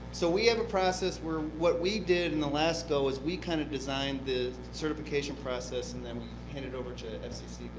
so we have a process where what we did in the last go is we kind of designed the certification process and then we handed over to and and fcc